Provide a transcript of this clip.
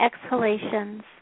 exhalations